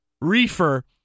reefer